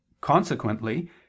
Consequently